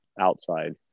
outside